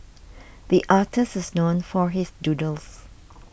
the artist is known for his doodles